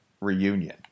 reunion